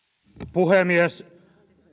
puhemies